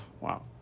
Wow